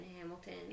Hamilton